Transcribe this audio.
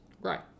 Right